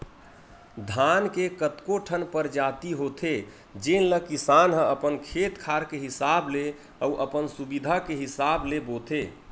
धान के कतको ठन परजाति होथे जेन ल किसान ह अपन खेत खार के हिसाब ले अउ अपन सुबिधा के हिसाब ले बोथे